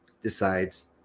decides